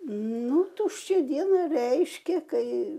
nu tuščia diena reiškia kai